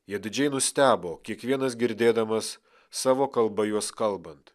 jie didžiai nustebo kiekvienas girdėdamas savo kalba juos kalbant